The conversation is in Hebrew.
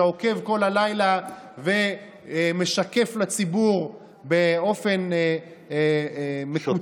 שעוקב כל הלילה ומשקף לציבור באופן מקוצר,